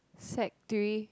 Sec-Three